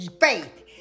faith